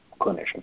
clinicians